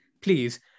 please